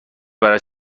برای